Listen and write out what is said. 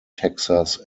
texas